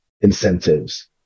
incentives